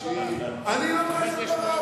אני לא כועס על ברק.